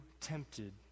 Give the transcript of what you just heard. tempted